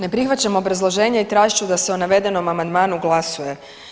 Ne prihvaćam obrazloženje i tražit ću da se o navedenom amandmanu glasuje.